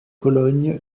cologne